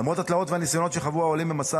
למרות התלאות והניסיונות שחוו העולים במסע